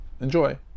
Enjoy